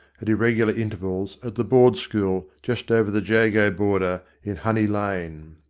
at ir regular intervals, at the board school just over the jago border in honey lane.